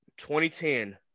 2010